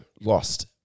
lost